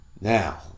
Now